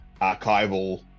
archival